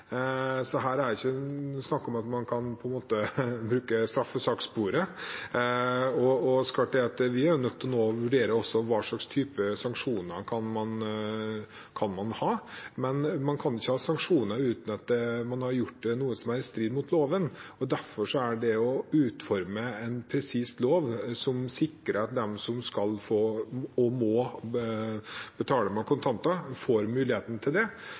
Vi er nødt til å vurdere hva slags sanksjoner man kan ha, men man kan ikke ha sanksjoner uten at man har gjort noe som er i strid med loven. Derfor må man utforme en presis lov som sikrer at de som skal og må betale med kontanter, får mulighet til det,